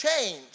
change